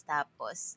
Tapos